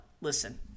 listen